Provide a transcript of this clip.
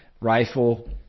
Rifle